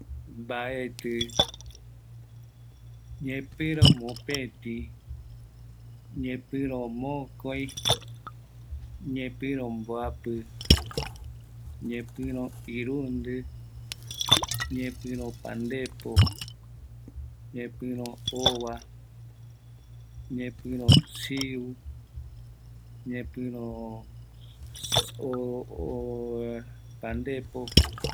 Mbaetɨ, ñepɨro mopetï, ñepɨro mokoï, ñepɨro mboapɨ, ñepɨro irundɨ, ñepɨro pandepo, ñepɨro ova, ñepɨro chiu